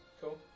Cool